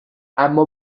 اما